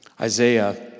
Isaiah